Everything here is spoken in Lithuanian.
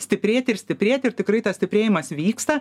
stiprėti ir stiprėti ir tikrai tas stiprėjimas vyksta